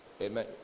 Amen